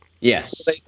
Yes